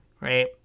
right